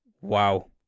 Wow